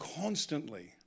constantly